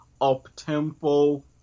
up-tempo